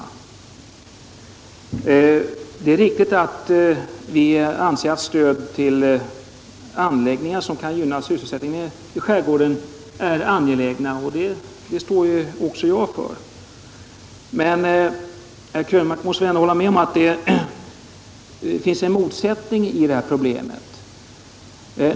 Vi anser — det är riktigt — att det är angeläget med stöd till anläggningar som kan gynna sysselsättning i skärgården, och det står ju också jag för. Men herr Krönmark måste väl ändå hålla med om att det finns en motsättning här.